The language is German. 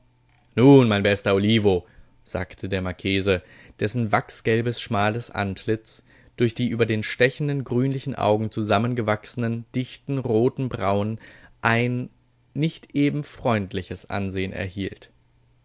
nun mein bester olivo sagte der marchese dessen wachsgelbes schmales antlitz durch die über den stechenden grünlichen augen zusammengewachsenen dichten roten brauen ein nicht eben freundliches ansehen erhielt